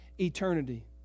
eternity